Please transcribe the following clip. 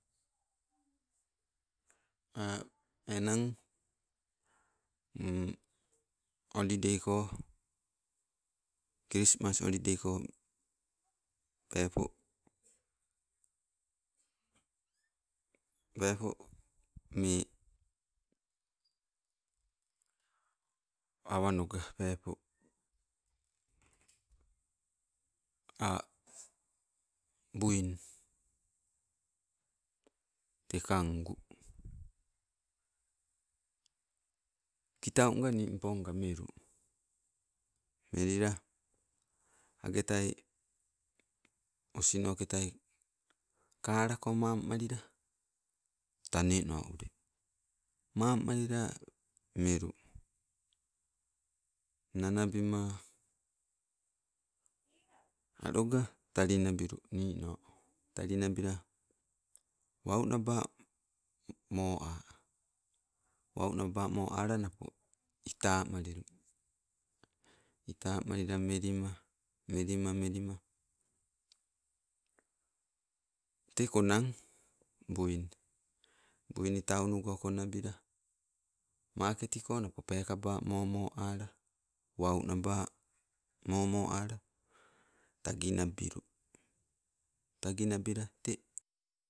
enang olideiko krismas olidei ko peepo peepo mee a wanoga peepo a' buin te kangu. Kitaunga nimponga melu melila agetai osnoketai kala mam malila, taneno ule. Mammalila melu. Nanabima, aloga talinabilu nino talinabila wau naba moa. Wau naba moala napo, ita malilu. Itamalila melima, melima, melima. Te konnang buin, buini taunugo konabila, maketiko napo pekaba momo ala wau naba, momo ala tagi nabilu. Taginabila te.